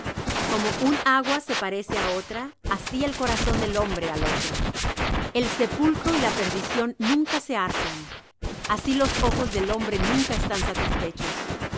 como un agua se parece á otra así el corazón del hombre al otro el sepulcro y la perdición nunca se hartan así los ojos del hombre nunca están satisfechos